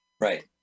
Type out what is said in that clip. Right